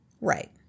Right